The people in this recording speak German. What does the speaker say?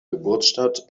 geburtsstadt